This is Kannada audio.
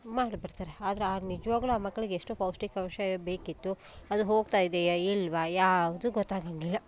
ಮಾಡಿಬಿಡ್ತಾರೆ ಆದರೆ ಆ ನಿಜವಾಗ್ಲು ಆ ಮಕ್ಳಿಗೆ ಎಷ್ಟು ಪೌಷ್ಟಿಕಾಂಶ ಬೇಕಿತ್ತು ಅದು ಹೋಗ್ತಾ ಇದೆಯಾ ಇಲ್ಲವಾ ಯಾವುದೂ ಗೊತ್ತಾಗೋಂಗಿಲ್ಲ